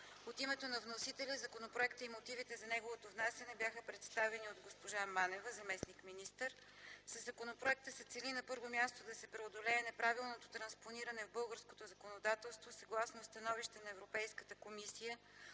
От името на вносителя законопроектът и мотивите за неговото внасяне бяха представени от госпожа Евдокия Манева - заместник-министър. Със законопроекта се цели, на първо място, да се преодолее неправилното транспониране в българското законодателство съгласно становище на Европейската комисия,